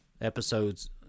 episodes